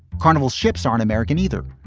carnival ships aren't american either.